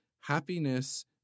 Happiness